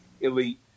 elite